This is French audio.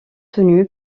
tenu